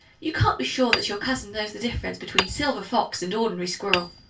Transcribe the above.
you can't be sure that your cousin knows the difference between silver-fox and ordinary squirrel.